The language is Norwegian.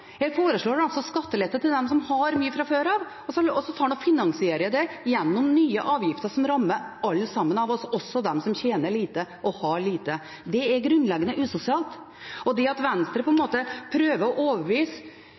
Her foreslår man altså skattelette til dem som har mye fra før av, og så finansierer man det gjennom nye avgifter som rammer oss alle sammen, også dem som tjener lite og har lite. Det er grunnleggende usosialt. Og til det at Venstre prøver å overbevise